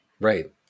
Right